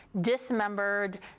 dismembered